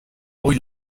hoy